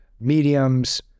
mediums